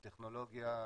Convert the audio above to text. על טכנולוגיה,